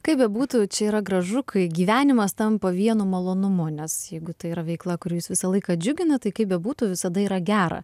kaip bebūtų čia yra gražu kai gyvenimas tampa vienu malonumu nes jeigu tai yra veikla kuri jus visą laiką džiugina tai kaip bebūtų visada yra gera